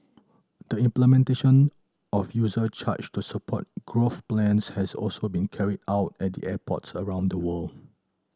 the implementation of user charge to support growth plans has also been carried out at the airports around the world